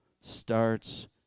starts